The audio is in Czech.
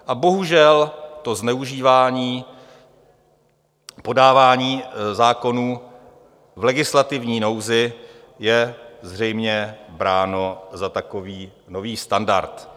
A bohužel to zneužívání podávání zákonů v legislativní nouzi je zřejmě bráno za takový nový standard.